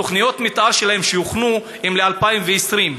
תוכניות המתאר שלהן, שהוכנו, הן ל-2020.